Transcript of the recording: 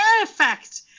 perfect